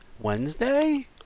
wednesday